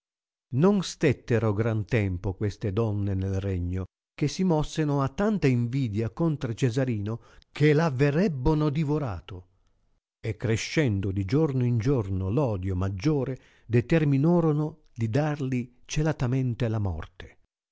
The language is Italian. non stettero gran tempo queste donne nel regno che si mosseno a tanta invidia contra cesarino che l averebbono divorato e crescendo di giorno in giorno l odio maggiore determinorono di darli celatamente la morte